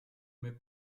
mir